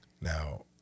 Now